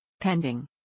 Pending